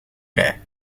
vrij